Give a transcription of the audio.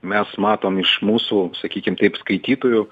mes matom iš mūsų sakykim taip skaitytojų